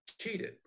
cheated